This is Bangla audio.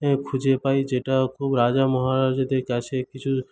খুঁজে পাই যেটা খুব রাজা মহারাজাদের কাছে কিছু